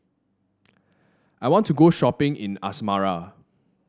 I want to go shopping in Asmara